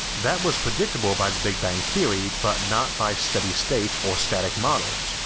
that was predictable by the big bang theory but not by steady state or static models,